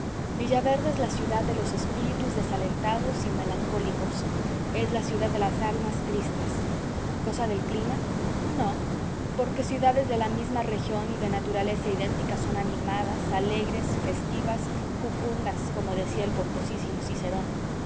risueños villaverde es la ciudad de los espíritus desalentados y melancólicos es la ciudad de las almas tristes cosa del clima no porque ciudades de la misma región y de naturaleza idéntica son animadas alegres festivas jucundas como decía el pomposísimo cicerón